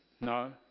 No